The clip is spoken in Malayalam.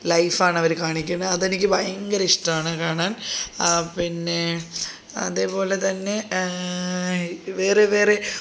ലൈഫാണ് അവർ കാണിക്കണേ അതെനിക്ക് ഭയങ്കര ഇഷ്ടമാണ് കാണാൻ ആ പിന്നെ അതേപോലെതന്നെ വേറെ വേറെ